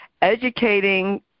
Educating